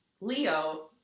Leo